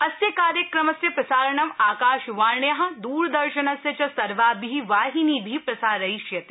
अस्य कार्यक्रमस्य प्रसारणं आकाशवाण्या द्रदर्शनस्य च सर्वाभि वाहिनीभि प्रसारयिष्यते